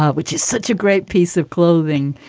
ah which is such a great piece of clothing,